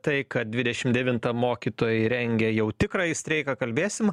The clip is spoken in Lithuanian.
tai kad dvidešim devintą mokytojai rengia jau tikrąjį streiką kalbėsim